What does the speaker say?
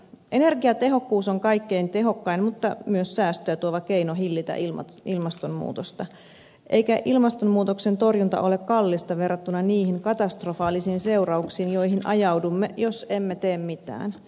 energiatehokkuus on kaikkein tehokkain mutta myös säästöä tuova keino hillitä ilmastonmuutosta eikä ilmastonmuutoksen torjunta ole kallista verrattuna niihin katastrofaalisiin seurauksiin joihin ajaudumme jos emme tee mitään